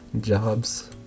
jobs